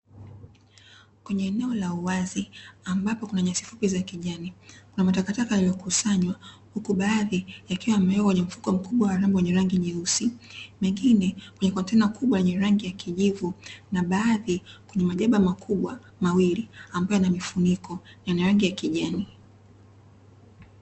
Kwenye eneo la uwazi ambapo kuna nyasi fupi za kijani, kuna matakataka yaliyo kusanywa huku baadhi yakiwa yamewekwa kwenye mfuko mkubwa wa rambo wenye rangi nyeusi, mengine kwenye kontena kubwa lenye rangi ya kijivu na baadhi kwenye majaba makubwa mawili ambayo yanamifuniko yana rangi ya kijani.